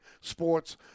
sports